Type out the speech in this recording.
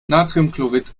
natriumchlorid